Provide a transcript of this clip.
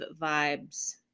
vibes